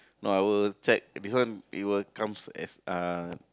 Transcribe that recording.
no I will check this one it will comes as uh